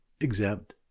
exempt